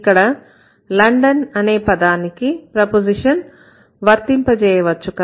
ఇక్కడ London అనే పదానికి ప్రపోజిషన్ వర్తింప చేయవచ్చు